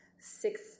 six